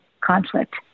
conflict